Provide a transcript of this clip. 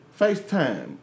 FaceTime